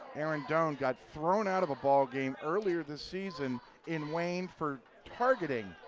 aaron doan got thrown out of a ball game earlier this season in wayne for targeting,